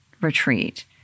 retreat